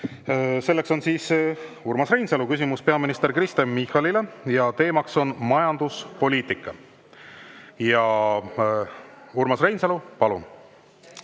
selleks on Urmas Reinsalu küsimus peaminister Kristen Michalile, teema on majanduspoliitika. Urmas Reinsalu, palun!